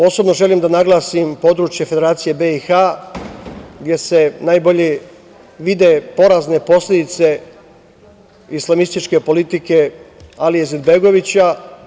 Posebno želim da naglasim područje Federacije BiH, gde se najbolje vide porazne posledice islamističke politike Alije Izetbegovića.